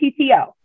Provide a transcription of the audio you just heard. PTO